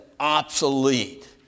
Obsolete